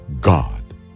God